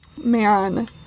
Man